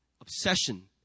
obsession